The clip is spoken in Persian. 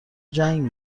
جنگ